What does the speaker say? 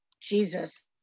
Jesus